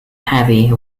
heavy